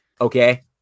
Okay